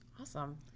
Awesome